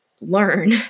learn